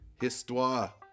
Histoire